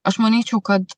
aš manyčiau kad